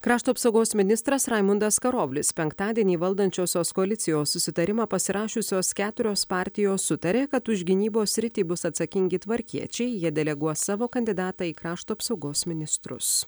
krašto apsaugos ministras raimundas karoblis penktadienį valdančiosios koalicijos susitarimą pasirašiusios keturios partijos sutarė kad už gynybos sritį bus atsakingi tvarkiečiai jie deleguos savo kandidatą į krašto apsaugos ministrus